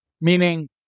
Meaning